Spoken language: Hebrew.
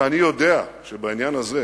ואני יודע שבעניין הזה,